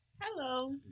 Hello